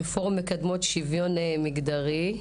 מפורום מקדמות שוויון מגדרי.